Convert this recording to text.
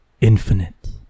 Infinite